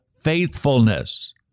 faithfulness